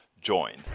join